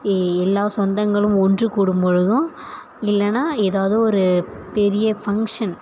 எல்லா சொந்தங்களும் ஒன்றுக்கூடும் பொழுதும் இல்லைன்னா ஏதாவது ஒரு பெரிய ஃபங்க்ஷன்